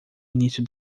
início